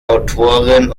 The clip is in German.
autorin